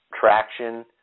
traction